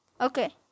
Okay